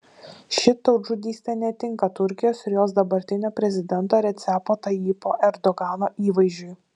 ši tautžudystė netinka turkijos ir jos dabartinio prezidento recepo tayyipo erdogano įvaizdžiui